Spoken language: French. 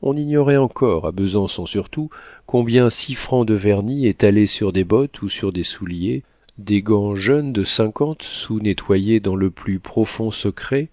on ignorait encore à besançon surtout combien six francs de vernis étalé sur des bottes ou sur des souliers des gants jaunes de cinquante sous nettoyés dans le plus profond secret